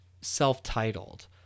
self-titled